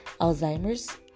Alzheimer's